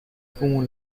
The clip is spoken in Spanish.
como